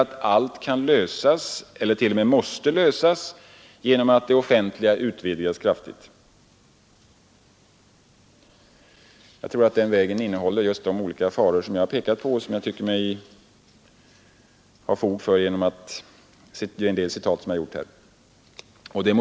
Det är mot den bakgrunden som vi i vår reservation föreslår att man skall ha en lägre ATP-avgift för äldre arbetskraft och att man skall ta bort eller minska löneskatten i stödområdena.